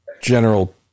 general